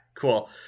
cool